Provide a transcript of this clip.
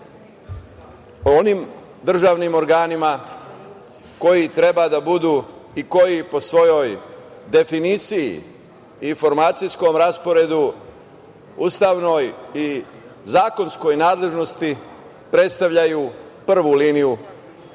onim državnim organima koji treba da budu i koji po svojoj definiciji, informacijskom rasporedu, ustavnoj i zakonskoj nadležnosti predstavljaju prvu liniju odbrane.